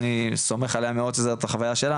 אני סומך עליה שזאת החוויה שלה,